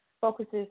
focuses